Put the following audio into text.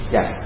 Yes